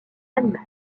animale